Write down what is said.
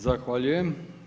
Zahvaljujem.